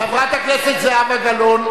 חברת הכנסת זהבה גלאון,